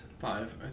Five